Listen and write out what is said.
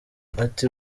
ati